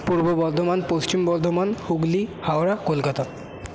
Purba Bardhaman Paschim Bardhaman Hooghly Howrah Kolkata